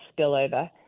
spillover